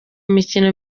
mikino